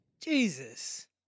Jesus